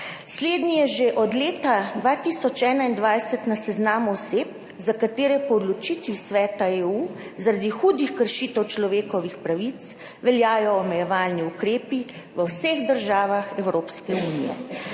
Slednji je že od leta 2021 na seznamu oseb, za katere po odločitvi Sveta EU zaradi hudih kršitev človekovih pravic veljajo omejevalni ukrepi v vseh državah Evropske unije.